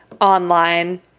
online